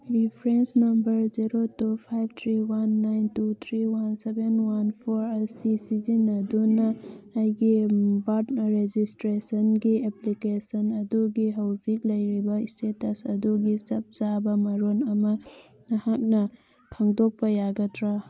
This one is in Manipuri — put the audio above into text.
reference number zero two five three one nine two three one seven one four ꯑꯁꯤ ꯁꯤꯖꯤꯟꯅꯗꯨꯅ ꯑꯩꯒꯤ ꯕꯥꯔꯠ ꯔꯦꯖꯤꯁꯇ꯭ꯔꯦꯁꯟꯒꯤ ꯑꯦꯄ꯭ꯂꯤꯀꯦꯁꯟ ꯑꯗꯨꯒꯤ ꯍꯧꯖꯤꯛ ꯂꯩꯔꯤꯕ ꯏꯁꯇꯦꯇꯁ ꯑꯗꯨꯒꯤ ꯆꯞ ꯆꯥꯕ ꯃꯔꯣꯜ ꯑꯃ ꯅꯍꯥꯛꯅ ꯈꯪꯗꯣꯛꯄ ꯌꯥꯒꯗ꯭ꯔꯥ